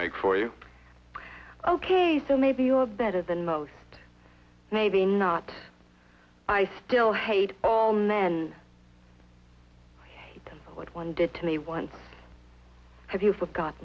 make for you ok so maybe you are better than most maybe not i still hate all men what one did to me once have you forgot